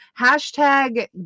hashtag